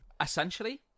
Essentially